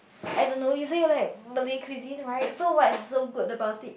I don't know you say like Malay cuisine right so what's so good about it